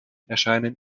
erscheinen